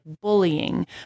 bullying